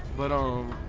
but um,